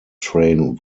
train